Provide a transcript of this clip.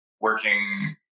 working